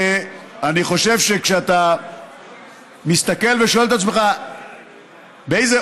אני חושב שכשאתה מסתכל ושואל את עצמך באיזה